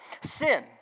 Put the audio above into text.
Sin